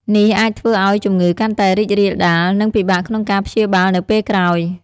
នេះអាចធ្វើឱ្យជំងឺកាន់តែរីករាលដាល និងពិបាកក្នុងការព្យាបាលនៅពេលក្រោយ។